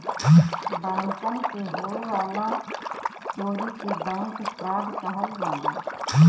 बैंकन मे होए वाले चोरी के बैंक फ्राड कहल जाला